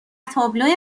تابلو